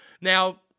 Now